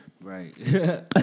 Right